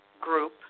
group